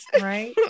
right